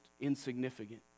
insignificant